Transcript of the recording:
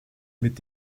mit